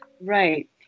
Right